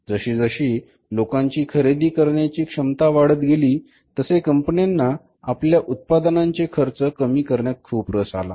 जशीजशी लोकांची खरेदी करण्याची क्षमता वाढत गेली तसे कंपन्यांना आपल्या उत्पादनांचे खर्च कमी करण्यात खूप रस आला